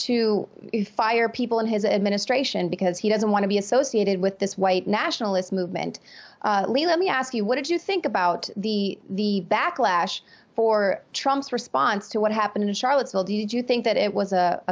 to fire people in his administration because he doesn't want to be associated with this white nationalist movement lee let me ask you what did you think about the backlash for trump's response to what happened in charlottesville did you think that it was a